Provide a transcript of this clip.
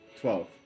Twelve